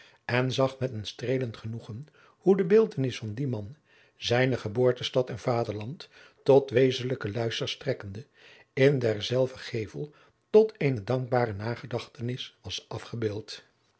en zag met een streelend genoegen hoe de beeldtenis van dien man zijadriaan loosjes pzn het leven van maurits lijnslager ne geboortestad en vaderland tot wezenlijken luister strekkende in derzelver gevel tot eene dankbare nagedachtenis was afgebeeld